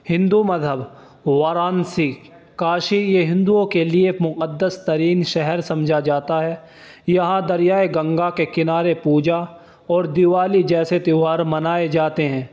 ہندو مذہب وارانسی کاشی یہ ہندوؤں کے لیے ایک مقدس ترین شہر سمجھا جاتا ہے یہاں دریائے گنگا کے کنارے پوجا اور دیوالی جیسے تہوار منائے جاتے ہیں